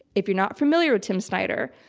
if you're not familiar with tim snyder,